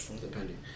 depending